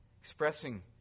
expressing